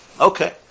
Okay